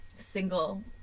Single